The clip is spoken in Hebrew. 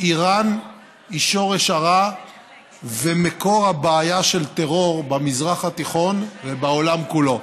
איראן היא שורש הרע ומקור הבעיה של הטרור במזרח התיכון ובעולם כולו,